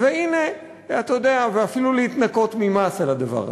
אתה יודע, ואפילו להתנקות ממס על הדבר הזה.